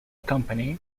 company